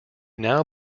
now